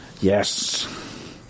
Yes